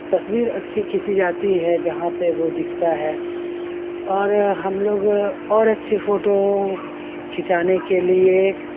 تصویر اچھی کھینچی جاتی ہے جہاں پہ وہ دکھتا ہے اور ہم لوگ اور اچھی فوٹو کھنچانے کے لیے